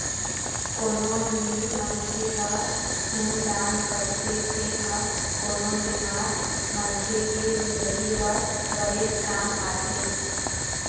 कोनो भी मनखे ह खून दान करथे तेन ह कोनो बेमार मनखे के जिनगी बर बनेच काम आथे